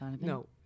No